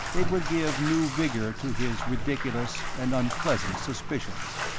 it would give new vigour to his ridiculous and unpleasant suspicions.